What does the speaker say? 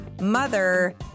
mother